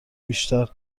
بیشتر